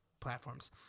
platforms